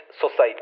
society